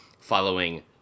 following